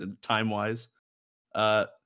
time-wise